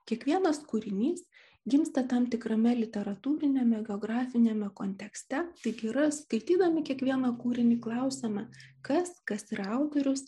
kiekvienas kūrinys gimsta tam tikrame literatūriniame geografiniame kontekste tik yra skaitydami kiekvieną kūrinį klausiame kas kas yra autorius